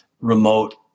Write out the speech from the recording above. remote